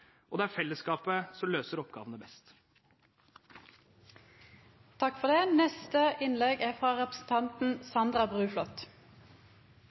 Og det er fellesskapet som løser oppgavene best. Når samfunnet stenges, det innføres skjenkestopp og folk permitteres, er